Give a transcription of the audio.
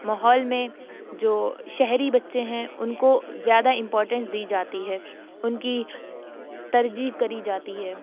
ماحول میں جو شہری بچے ہیں ان کو زیادہ امپوٹنس دی جاتی ہے ان کی ترجیح کری جاتی ہے